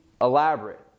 elaborate